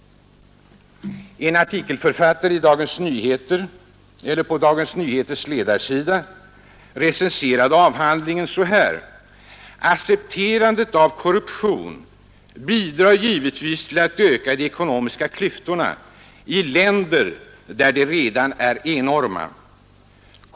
En artikelförfattare på Dagens Nyheters ledarsida recenserar avhandlingen på detta sätt: ”Accepterandet av korruption bidrar givetvis till att öka de ekonomiska klyftorna i länder där de redan är enorma.